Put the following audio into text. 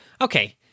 Okay